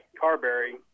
Carberry